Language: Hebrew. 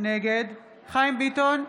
נגד חיים ביטון,